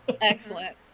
Excellent